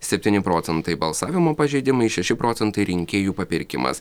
septyni procentai balsavimo pažeidimais šeši procentai rinkėjų papirkimas